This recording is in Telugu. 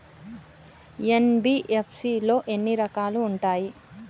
ఎన్.బి.ఎఫ్.సి లో ఎన్ని రకాలు ఉంటాయి?